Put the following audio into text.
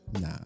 Nah